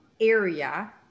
area